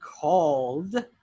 called